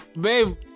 babe